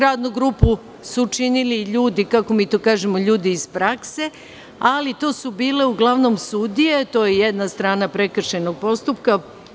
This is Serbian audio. Radnu grupu su činili ljudi, kako mi to kažemo – ljudi iz prakse, ali to su bile uglavnom sudije, to je jedna strana prekršajnog postupka.